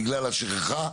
בגלל השכחה,